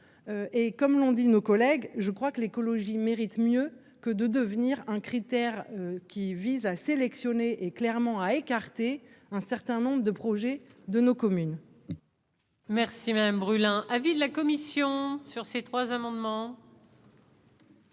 et comme l'ont dit, nos collègues, je crois que l'écologie mérite mieux que de devenir un critère qui vise à sélectionner et clairement à écarter un certain nombre de projets de nos communes. Merci madame brûle un avis de la commission sur ces trois amendements.